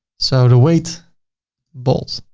so the weight bold.